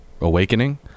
awakening